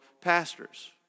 pastors